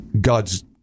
God's